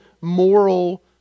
moral